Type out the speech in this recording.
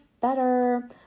better